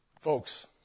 Folks